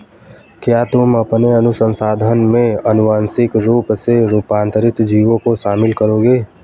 क्या तुम अपने अनुसंधान में आनुवांशिक रूप से रूपांतरित जीवों को शामिल करोगे?